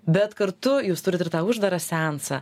bet kartu jūs turit ir tą uždarą seansą